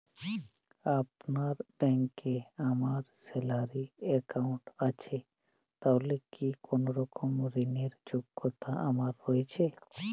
আপনার ব্যাংকে আমার স্যালারি অ্যাকাউন্ট আছে তাহলে কি কোনরকম ঋণ র যোগ্যতা আমার রয়েছে?